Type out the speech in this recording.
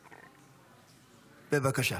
בבקשה.